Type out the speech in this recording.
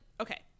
okay